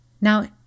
Now